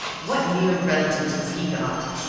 what near relatives has he got?